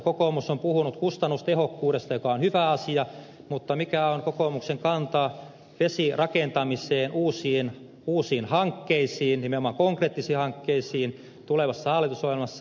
kokoomus on puhunut kustannustehokkuudesta joka on hyvä asia mutta mikä on kokoomuksen kanta vesirakentamiseen uusiin hankkeisiin nimenomaan konkreettisiin hankkeisiin tulevassa hallitusohjelmassa